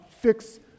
fix